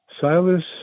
Silas